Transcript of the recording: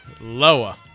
lower